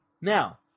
now